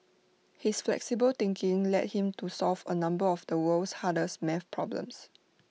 his flexible thinking led him to solve A number of the world's hardest math problems